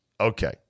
Okay